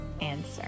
answer